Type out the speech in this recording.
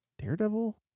daredevil